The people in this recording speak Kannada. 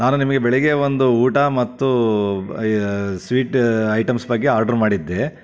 ನಾನು ನಿಮಗೆ ಬೆಳಗ್ಗೆ ಒಂದು ಊಟ ಮತ್ತು ಸ್ವೀಟ್ ಐಟಮ್ಸ್ ಬಗ್ಗೆ ಆರ್ಡ್ರ್ ಮಾಡಿದ್ದೆ